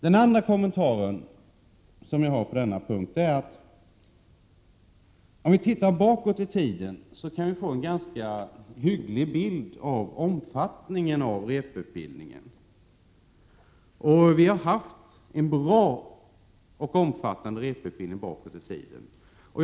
Den andra kommentar jag har är följande: Om vi ser bakåt i tiden kan vi få en ganska hygglig bild av omfattningen av repetitionsutbildningen. Vi har haft bra och omfattande repetitionsutbildning.